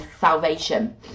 salvation